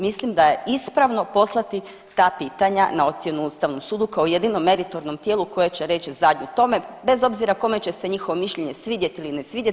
Mislim da je ispravno poslati ta pitanja na ocjenu Ustavnom sudu kao jedinom meritornom tijelu koje će reći zadnje o tome, bez obzira kome će se njihovo mišljenje svidjeti ili ne svidjeti.